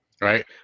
right